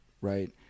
right